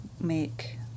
make